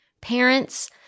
Parents